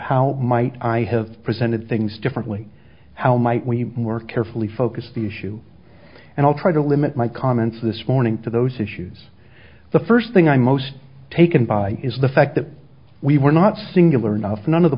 might i have presented things differently how might we more carefully focus the issue and i'll try to limit my comments this morning to those issues the first thing i'm most taken by is the fact that we were not singular enough none of the